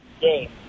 game